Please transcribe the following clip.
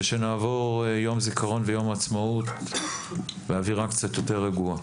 ושנעבור יום זיכרון ויום עצמאות באווירה קצת יותר רגועה.